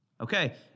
Okay